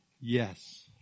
Yes